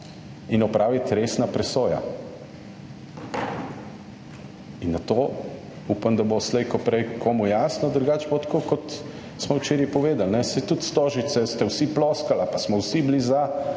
in opraviti resna presoja in na to upam, da bo slej ko prej komu jasno, drugače pa tako kot smo včeraj povedali, saj tudi Stožice ste vsi ploskali ali pa smo vsi bili za,